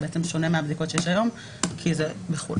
זה שונה מהבדיקות שיש היום כי זה בחו"ל.